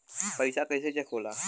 पैसा कइसे चेक होला?